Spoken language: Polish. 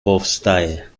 powstaje